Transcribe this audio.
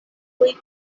pli